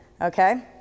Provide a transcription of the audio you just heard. Okay